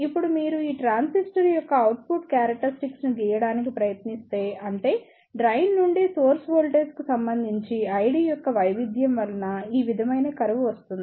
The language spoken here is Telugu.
ఇప్పుడు మీరు ఈ ట్రాన్సిస్టర్ యొక్క అవుట్పుట్ క్యారక్టరిస్టిక్స్ ను గీయడానికి ప్రయత్నిస్తే అంటేడ్రైన్ నుండి సోర్స్ వోల్టేజ్కు సంబంధించి ID యొక్క వైవిధ్యం వలన ఈ విధమైన కర్వ్ వస్తుంది